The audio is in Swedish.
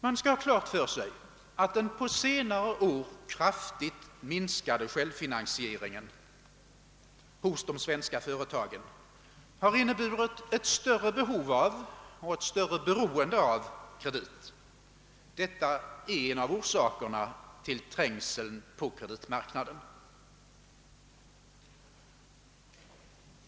Man skall ha klart för sig att den på senare år kraftigt minskade självfinansieringen hos de svenska företagen inneburit ett större behov av och beroende av krediter. Detta är en av orsakerna till trängseln på kreditmarknaden.